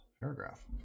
paragraph